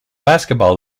basketball